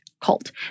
cult